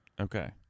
Okay